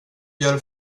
gör